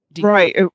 Right